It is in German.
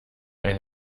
ein